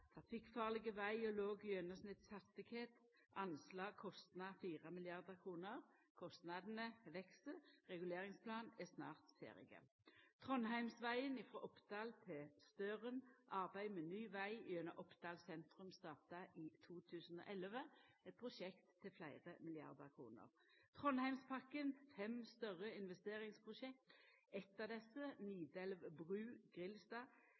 trafikkfarleg veg og låg gjennomsnittshastigheit, anslag kostnad 4 mrd. kr. Kostnadene veks. Reguleringsplanen er snart ferdig. Trondheimsvegen frå Oppdal til Støren: Arbeidet med ny veg gjennom Oppdal sentrum startar i 2011, eit prosjekt til fleire milliardar kroner. Trondheimspakken, fem større investeringsprosjekt – eit av desse,